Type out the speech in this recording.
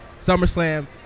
SummerSlam